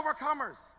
overcomers